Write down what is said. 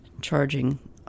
charging